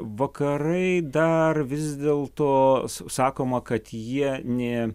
vakarai dar vis dėlto sakoma kad jie nė